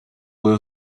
were